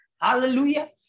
Hallelujah